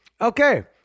Okay